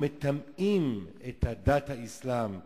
האסלאם מגדיר את היהודים כמי שמטמאים את דת האסלאם בירושלים.